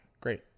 Great